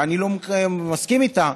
שאני לא מסכים איתה,